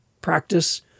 practice